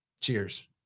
Cheers